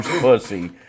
pussy